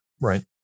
right